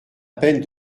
peine